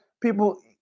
people